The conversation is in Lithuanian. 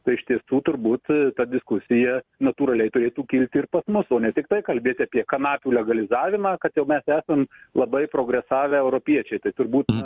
tai iš tiesų turbūt ta diskusija natūraliai turėtų kilti ir pas mus o ne tiktai kalbėt apie kanapių legalizavimą kad mes jau esam labai progresavę europiečiai tad turbūt na